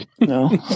No